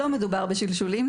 לא מדובר בשלשולים,